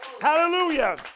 Hallelujah